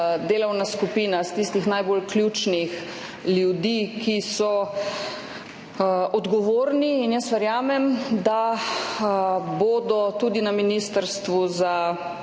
delovna skupina iz tistih najbolj ključnih ljudi, ki so odgovorni. Verjamem, da bodo tudi na Ministrstvu za